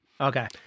Okay